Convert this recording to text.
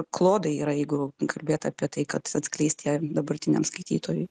klodai yra jeigu kalbėt apie tai kad atskleist ją dabartiniam skaitytojui